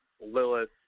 Lilith